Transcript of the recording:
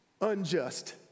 unjust